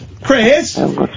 Chris